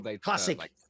classic